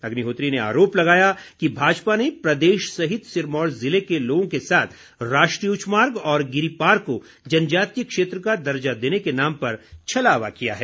अग्निहोत्री ने आरोप लगाया कि भाजपा ने प्रदेश सहित सिरमौर जिले के लोगों के साथ राष्ट्रीय उच्च मार्ग और गिरिपार को जनजातीय क्षेत्र का दर्जा देने के नाम पर छलावा किया है